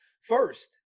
first